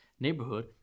Neighborhood